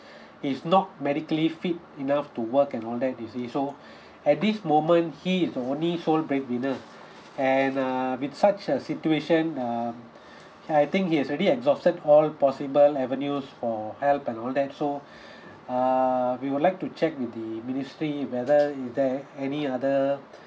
is not medically fit enough to work and all that you see so at this moment he is the only sole breadwinner and err with such a situation um I think he is already exhausted all possible avenues for help and all that so err we would like to check with the ministry whether is there any other